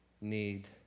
need